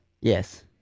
Yes